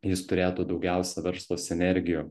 jis turėtų daugiausia verslo sinergijų